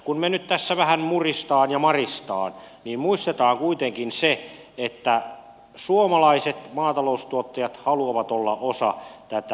kun me nyt tässä vähän murisemme ja marisemme niin muistetaan kuitenkin se että suomalaiset maataloustuottajat haluavat olla osa tätä yhteistä maatalouspolitiikkaa